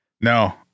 No